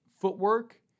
footwork